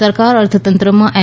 સરકાર અર્થતંત્રમાં એમ